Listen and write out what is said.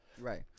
right